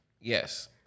yes